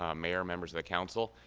um mayor, members of the council,